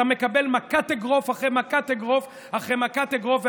אתה מקבל מכת אגרוף אחרי מכת אגרוף אחרי מכת אגרוף.